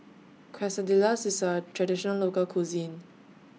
Quesadillas IS A Traditional Local Cuisine